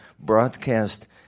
broadcast